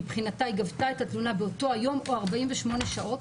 מבחינתה היא גבתה את התלונה באותו היום או 48 שעות.